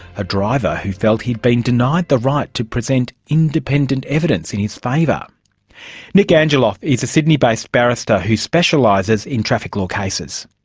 a driver who felt he had been denied the right to present independent evidence in his favour. nic angelov is a sydney based barrister who specialises in traffic law cases.